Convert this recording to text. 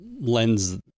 lends